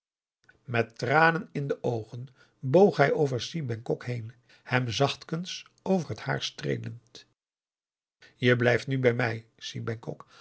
met tranen in de oogen boog hij over si bengkok heen hem zachtkens over het haar streelend je blijft nu bij mij